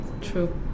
True